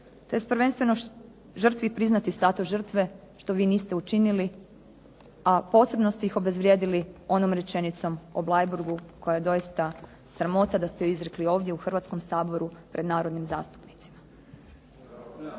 te prvenstveno žrtvi priznati žrtve, što vi niste učinili, a posebeno ste iz obezvrijedili onom rečenicom o Bleiburgu koja je doista sramota da ste ju izrekli ovdje u Hrvatskom saboru pred narodnim zastupnicima.